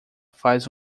faz